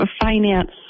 finance